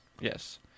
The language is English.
Yes